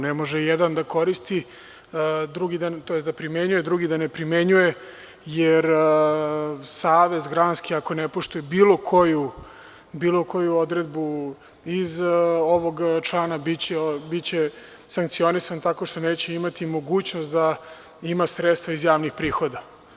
Ne može jedan da koristi, odnosno da primenjuje, drugi na ne primenjuje, jer granski savez ako ne poštuje bilo koju odredbu iz ovog člana biće sankcionisan tako što neće imati mogućnost da ima sredstva iz javnih prihoda.